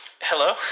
Hello